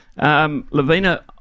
Lavina